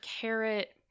carrot